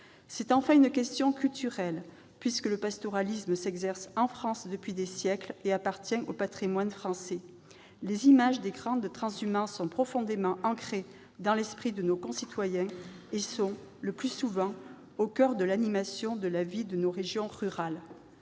C'est enfin une question culturelle, puisque le pastoralisme s'exerce en France depuis des siècles et appartient au patrimoine français. Les images des grandes transhumances sont profondément ancrées dans l'esprit de nos concitoyens et sont, le plus souvent, au coeur de l'animation de la vie de nos régions rurales.